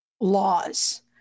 laws